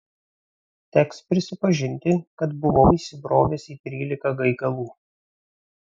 teks prisipažinti kad buvau įsibrovęs į trylika gaigalų